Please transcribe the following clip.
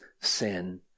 sin